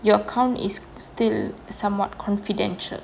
your account is still somewhat confidential